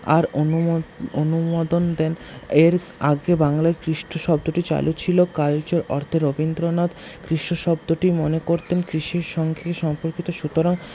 আর অনুমোদন দেন এর আগে বাংলায় কৃষ্ট শব্দটি চালু ছিল কালচার অর্থে রবীন্দ্রনাথ কৃষি শব্দটি মনে করতেন কৃষির সঙ্গে সম্পর্কিত সুতরাং